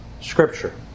Scripture